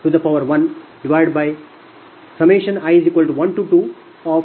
ಆದ್ದರಿಂದ ಸಮೀಕರಣ 62 Pgi12dPgidλ264